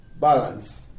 balance